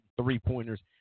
three-pointers